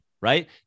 right